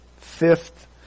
fifth